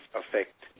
affect